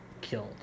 killed